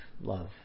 love